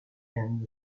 and